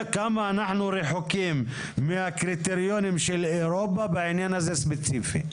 כמה אנחנו רחוקים מהקריטריונים של אירופה בעניין הזה ספציפי?